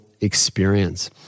experience